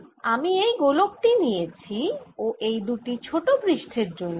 ধরো আমি একটি গোলক পরিবাহী নিলাম যার গোলীয় প্রতিসাম্য রয়েছে অর্থাৎ এক দিকের চেয়ে অন্য দিকের কোন পার্থক্য নেই